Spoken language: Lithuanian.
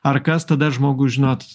ar kas tada žmogus žinot